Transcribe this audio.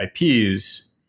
IPs